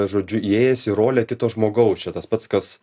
žodžiu įėjęs į rolę kito žmogaus čia tas pats kas